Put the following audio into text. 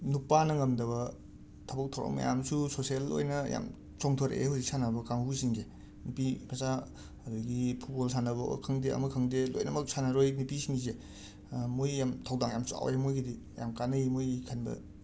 ꯅꯨꯄꯥꯅ ꯉꯝꯗꯕ ꯊꯕꯛ ꯊꯧꯔꯝ ꯃꯌꯥꯝꯁꯨ ꯁꯣꯁꯦꯜ ꯑꯣꯏꯅ ꯌꯥꯝ ꯆꯣꯡꯊꯣꯔꯑꯦ ꯍꯧꯖꯤꯛ ꯁꯥꯟꯅꯕ ꯀꯥꯡꯕꯨꯁꯤꯡꯖꯦ ꯅꯨꯄꯤ ꯄꯆꯥ ꯑꯗꯒꯤ ꯐꯨꯕꯣꯜ ꯁꯥꯟꯅꯕ ꯑꯣ ꯈꯪꯗꯦ ꯑꯃ ꯈꯪꯗꯦ ꯂꯣꯏꯅꯃꯛ ꯁꯥꯟꯅꯔꯣꯏ ꯅꯨꯄꯤꯁꯤꯡꯖꯦ ꯃꯣꯏ ꯌꯥꯝ ꯊꯧꯗꯥꯡ ꯌꯥꯝ ꯆꯥꯎꯋꯦ ꯃꯣꯏꯒꯤꯗꯤ ꯌꯥꯝ ꯀꯥꯟꯅꯩ ꯃꯣꯏꯒꯤ ꯈꯟꯕꯗ